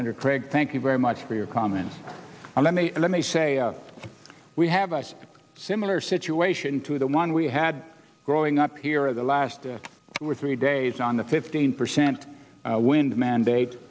your craig thank you very much for your comment and let me let me say we have a similar situation to the one we had growing up here the last two or three days on the fifteen percent wind mandate